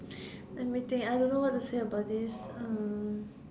let me think I don't know what to say about this um